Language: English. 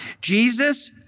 Jesus